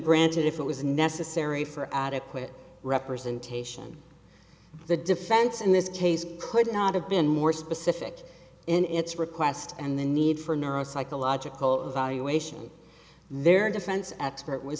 granted if it was necessary for adequate representation the defense in this case could not have been more specific in its request and the need for neuropsychological evaluation their defense expert was